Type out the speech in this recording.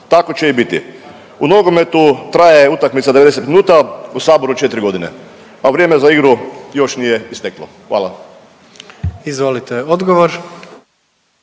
tako će i biti. U nogometu traje utakmica 90 minuta, u saboru 4.g., a vrijeme za igru još nije isteklo, hvala.